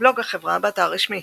בלוג החברה, באתר הרשמי